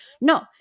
No